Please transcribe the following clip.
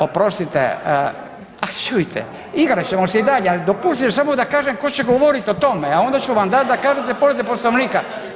Oprostite, a čujte, igrat ćemo se i dalje, al dopustite samo da kažem tko će govoriti o tome, a onda ću vam dat da kažete povredu Poslovnika.